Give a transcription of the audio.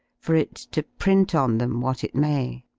for it to print on them what it may.